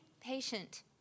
patient